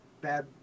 bad